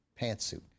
pantsuit